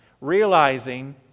realizing